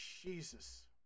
Jesus